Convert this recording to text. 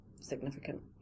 significant